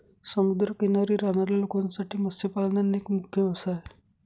समुद्र किनारी राहणाऱ्या लोकांसाठी मत्स्यपालन एक मुख्य व्यवसाय आहे